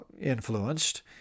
influenced